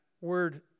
word